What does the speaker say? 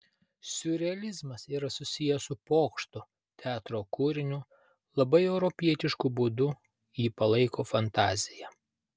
siurrealizmas yra susijęs su pokštu teatro kūriniu labai europietišku būdu jį palaiko fantazija